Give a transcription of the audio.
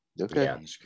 Okay